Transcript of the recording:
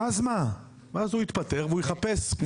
ואז הוא יתפטר ויחפש.